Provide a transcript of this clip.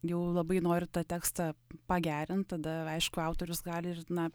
jau labai nori tą tekstą pagerint tada aišku autorius gali ir na